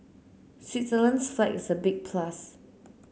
Switzerland's flag is a big plus